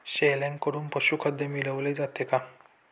शेळ्यांकडून पशुखाद्य मिळवले जाते का?